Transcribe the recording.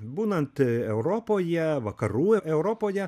būnant europoje vakarų europoje